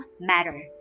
matter